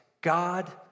God